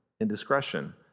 indiscretion